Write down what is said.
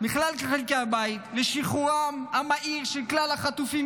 בכלל חלקי הבית לשחרורם המהיר של כלל החטופים,